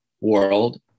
world